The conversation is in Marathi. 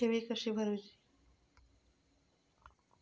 ठेवी कशी भरूची?